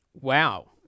wow